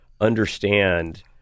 understand